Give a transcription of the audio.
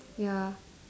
ya